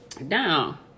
Now